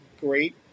great